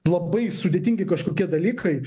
labai sudėtingi kažkokie dalykai